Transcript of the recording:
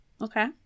Okay